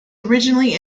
originally